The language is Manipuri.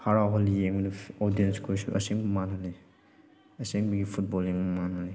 ꯍꯔꯥꯎꯍꯜꯂꯤ ꯌꯦꯡꯕꯗ ꯑꯣꯗꯤꯌꯦꯟꯁꯈꯣꯏꯁꯨ ꯑꯁꯦꯡꯕ ꯃꯥꯜꯍꯜꯂꯤ ꯑꯁꯦꯡꯕꯒꯤ ꯐꯨꯠꯕꯣꯜ ꯌꯦꯡꯕ ꯃꯥꯜꯍꯜꯂꯤ